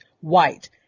white